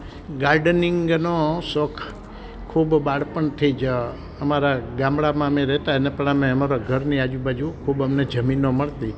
ગાર્ડનિંગનો શોખ ખૂબ બાળપણથી જ અમારા ગામળામાં અમે રહેતા એના પહેલા અમે અમારી ઘરની આજુ બાજુ ખૂબ અમને જમીનો મળતી